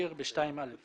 אתה